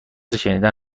شنیدن